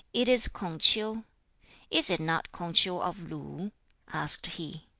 it is k'ung ch'iu is it not k'ung ch'iu of lu asked he.